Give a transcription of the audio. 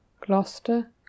Gloucester